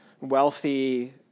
wealthy